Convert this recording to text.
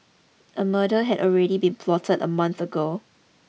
a murder had already been plotted a month ago